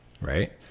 right